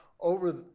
over